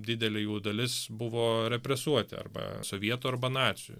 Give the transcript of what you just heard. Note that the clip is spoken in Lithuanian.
didelė jų dalis buvo represuoti arba sovietų arba nacių